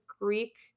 Greek